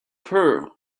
her